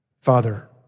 Father